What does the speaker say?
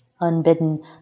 Unbidden